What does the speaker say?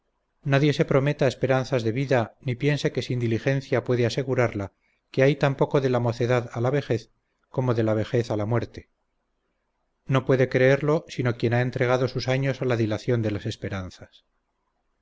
nadie se prometa esperanzas de vida ni piense que sin diligencia puede asegurarla que hay tan poco de la mocedad a la vejez como de la vejez a la muerte no puede creerlo sino quien ha entregado sus años a la dilación de las esperanzas